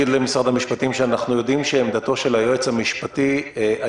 הנוגע למדיניות במצבים של המשטרה, שהיא